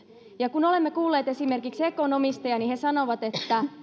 ja kun olemme kuulleet esimerkiksi ekonomisteja niin he sanovat että